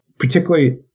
particularly